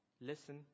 Listen